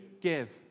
Give